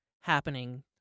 happening